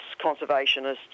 conservationists